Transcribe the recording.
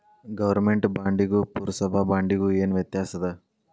government ಬಾಂಡಿಗೂ ಪುರ್ಸಭಾ ಬಾಂಡಿಗು ಏನ್ ವ್ಯತ್ಯಾಸದ